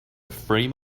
frame